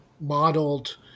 modeled